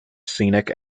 scenic